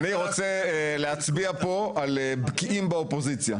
אני רוצה להצביע פה על בקיעים חמורים באופוזיציה.